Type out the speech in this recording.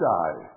die